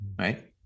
right